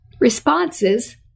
responses